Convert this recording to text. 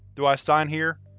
do i sign here?